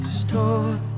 store